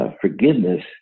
forgiveness